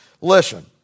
Listen